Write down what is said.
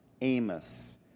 Amos